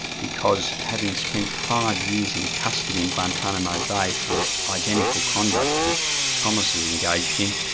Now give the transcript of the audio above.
because having spent five years in custody in guantanamo bay for identical conduct that thomas is engaged in,